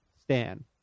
Stan